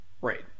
right